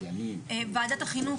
ועדת החינוך,